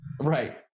right